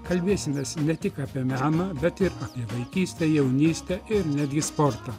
kalbėsimės ne tik apie meną bet ir apie vaikystę jaunystę ir netgi sportą